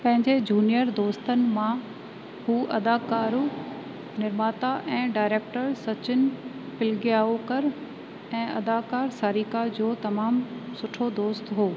पंहिंजे जूनियर दोस्तनि मां हू अदाकारो निर्माता ऐं डायरेक्टर सचिन पिलगाओंकर ऐं अदाकार सारिका जो तमामु सुठो दोस्त हो